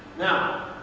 now.